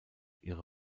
ihre